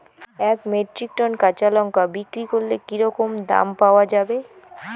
এক metric ton কাঁচা লঙ্কা বিক্রি করলে কি রকম দাম পাওয়া যাবে?